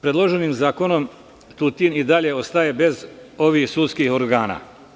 Predloženim zakonom Tutin i dalje ostaje bez ovih sudskih organa.